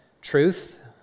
truth